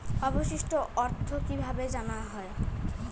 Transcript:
অবশিষ্ট অর্থ কিভাবে জানা হয়?